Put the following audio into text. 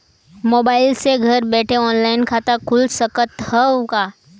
Mobile से घर बैठे ऑनलाइन खाता खुल सकत हव का?